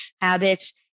habits